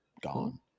gone